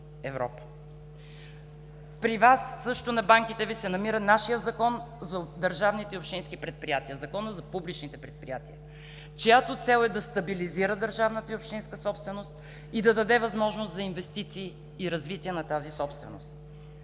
При Вас също на банките Ви се намира нашият Закон за държавните и общински предприятия – Законът за публичните предприятия, чиято цел е да стабилизира държавната и общинска собственост и да даде възможност за инвестиции и развитие на тази собственост.